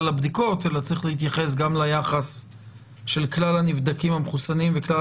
הבדיקות אלא צריך להתייחס גם ליחס של כלל הנבדקים המחוסנים וכלל